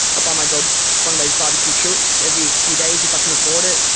buy my dogs one of those barbecued chooks every few days if i can afford it,